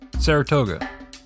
Saratoga